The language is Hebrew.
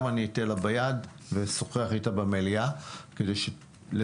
אני גם אתן לה אותו ביד ואשוחח איתה במליאה כדי שלפחות